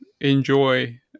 enjoy